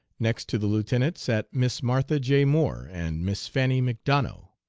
next to the lieutenant sat miss martha j. moore and miss fanny mcdonough,